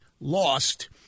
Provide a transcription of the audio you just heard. lost